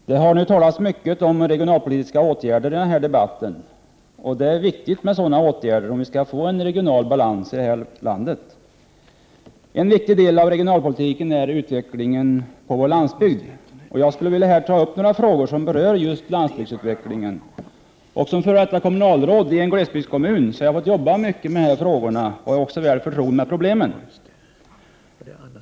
Fru talman! Det har talats mycket om regionalpolitiska åtgärder i den här debatten. För att vi skall få en regional balans i vårt land är det också viktigt med sådana åtgärder. En viktig del i regionalpolitiken är utvecklingen på vår landsbygd, och jag skall här ta upp några frågor som berör just landsbygdsutvecklingen. Som f.d. kommunalråd i en glesbygdskommun har jag fått jobba mycket med sådana här frågor. Jag är således väl förtrogen med problemen.